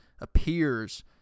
appears